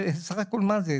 שבסך הכל מה זה?